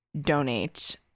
donate